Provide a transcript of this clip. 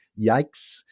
yikes